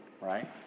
right